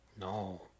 No